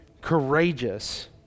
courageous